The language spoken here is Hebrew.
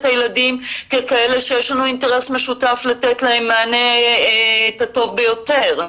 הילדים ככאלה שיש לנו אינטרס משותף לתת להם מענה הטוב ביותר.